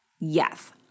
Yes